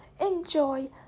enjoy